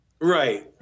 Right